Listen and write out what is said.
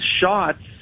shots